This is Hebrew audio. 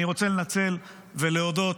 אני רוצה לנצל את ההזדמנות ולהודות